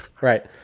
right